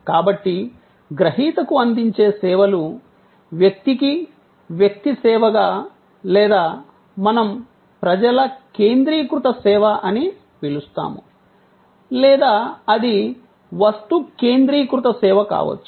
కాబట్టి గ్రహీతకు అందించే సేవలు వ్యక్తికి వ్యక్తి సేవగా లేదా మనం ప్రజల కేంద్రీకృత సేవ అని పిలుస్తాము లేదా అది వస్తు కేంద్రీకృత సేవ కావచ్చు